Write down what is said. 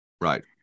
Right